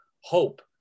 hope